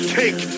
take